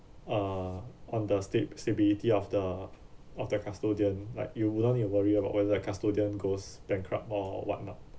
uh on the stab~ stability of the of the custodian like you wouldn't need to worry about whether a custodian goes bankrupt or whatnot